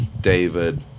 david